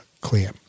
clear